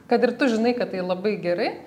kad ir tu žinai kad tai labai gerai